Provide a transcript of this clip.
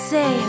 Say